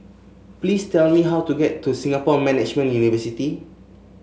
please tell me how to get to Singapore Management University